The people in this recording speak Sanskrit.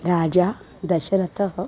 राजा दशरथः